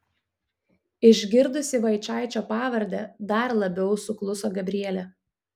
išgirdusi vaičaičio pavardę dar labiau sukluso gabrielė